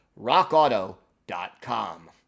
rockauto.com